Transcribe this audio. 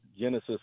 genesis